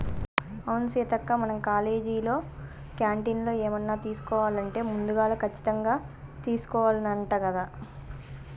అవును సీతక్క మనం కాలేజీలో క్యాంటీన్లో ఏమన్నా తీసుకోవాలంటే ముందుగాల కచ్చితంగా తీసుకోవాల్నంట కదా